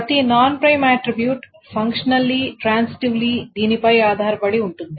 ప్రతి non prime attribute functionally transitively దీనిపై ఆధారపడి ఉంటుంది